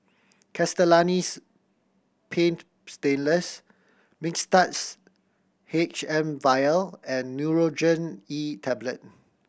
Castellani's Paint Stainless Mixtards H M Vial and Nurogen E Tablet